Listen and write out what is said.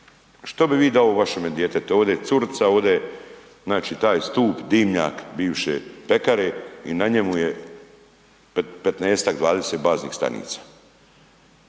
što bi vi da je ovo vašem djetetu, ovdje je curica, ovdje je znači taj stup, dimnjak bivše pekare i na njemu je 15-ak, 20 baznih stanica.